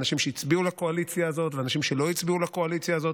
אנשים שהצביעו לקואליציה הזאת ואנשים שלא הצביעו לקואליציה הזאת,